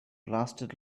lasted